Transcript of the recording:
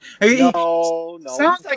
No